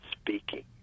speaking